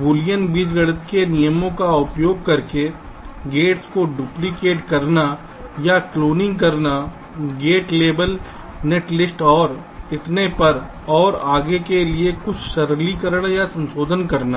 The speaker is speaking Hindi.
बूलियन बीजगणित के नियमों का उपयोग करके गेट्स को डुप्लिकेट करना या क्लोनिंग करना गेट लेवल नेटलिस्ट और इतने पर और आगे के लिए कुछ सरलीकरण या संशोधन करना